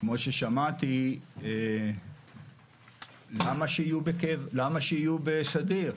כמו ששמעתי, למה שיהיו בסדיר?